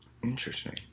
Interesting